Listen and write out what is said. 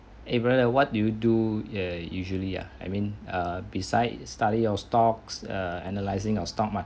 eh brother what do you do uh usually ah I mean uh beside study your stocks uh analysing your stock market